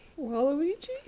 Waluigi